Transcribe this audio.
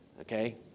okay